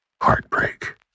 Heartbreak